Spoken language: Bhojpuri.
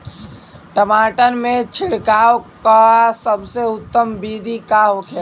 टमाटर में छिड़काव का सबसे उत्तम बिदी का होखेला?